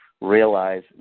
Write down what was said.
realize